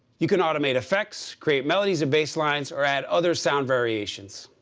you can automate effects, create melodies of basslines, or add other sound variations.